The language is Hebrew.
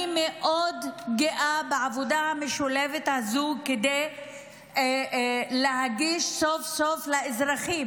אני מאוד גאה בעבודה המשולבת הזאת כדי להגיש סוף-סוף לאזרחים,